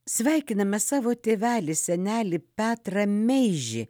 sveikiname savo tėvelį senelį petrą meižį